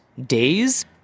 Days